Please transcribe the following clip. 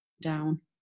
down